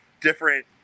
different